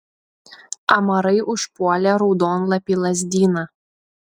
amarai užpuolė raudonlapį lazdyną